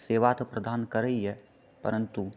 सेवा तऽ प्रदान करयए परन्तु